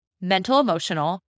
mental-emotional